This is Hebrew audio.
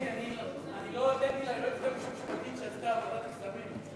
לא הודיתי ליועצת המשפטית, שעשתה עבודת קסמים.